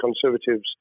Conservatives